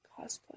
Cosplay